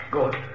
Good